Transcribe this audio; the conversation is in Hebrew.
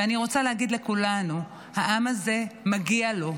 ואני רוצה להגיד לכולנו, העם הזה, מגיע לו.